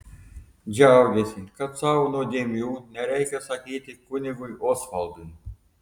džiaugėsi kad savo nuodėmių nereikia sakyti kunigui osvaldui